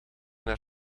naar